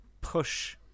push